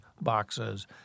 boxes